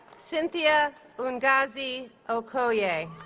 cynthia ngozi okoye yeah